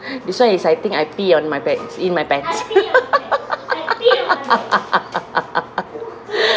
this [one] is I think I pee on my bag~ in my pants